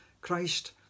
Christ